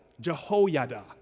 Jehoiada